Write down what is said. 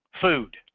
Food